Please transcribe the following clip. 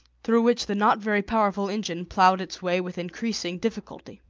through which the not very powerful engine ploughed its way with increasing difficulty.